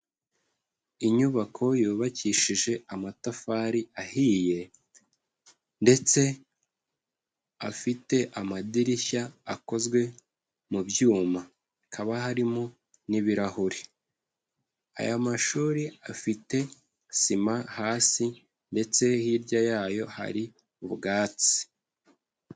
Inyubako yubakishije amatafari ahiye ndetse, afite amadirishya akozwe mu byuma, hakaba harimo n'ibirahuri. Aya mashuri afite sima hasi, ndetse hirya yayo hari ubwatsi.